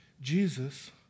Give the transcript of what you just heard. Jesus